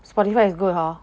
Spotify is good hor